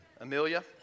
Amelia